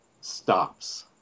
stops